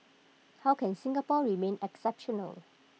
how can Singapore remain exceptional